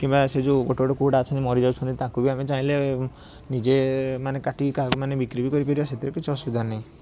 କିମ୍ବା ସେଇ ଯେଉଁ ଗୋଟେ ଗୋଟେ କୁକୁଡ଼ା ଅଛନ୍ତି ମରିଯାଉଛନ୍ତି ତାକୁ ବି ଆମେ ଚାହିଁଲେ ନିଜେ ମାନେ କାଟିକି କାହାକୁ ମାନେ ବିକ୍ରି ବି କରିପାରିବା ସେଥିରେ କିଛି ଅସୁବିଧା ନାହିଁ